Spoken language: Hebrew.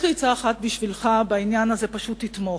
יש לי עצה אחת בשבילך בעניין הזה, פשוט תתמוך.